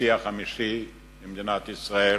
הנשיא החמישי למדינת ישראל,